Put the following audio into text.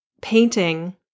painting